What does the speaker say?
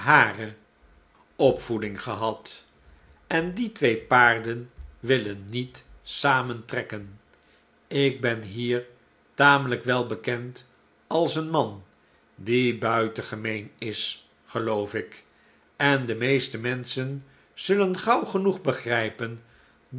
opvoeding gehad en die twee paarden willen niet samen trekken ik ben hier tamelijk wel bekend als een man die buitengemeen is geloof ik en de meeste menschen zullen gauw genoeg begrijpen